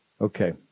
Okay